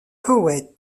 koweït